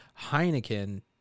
Heineken